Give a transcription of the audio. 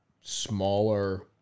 smaller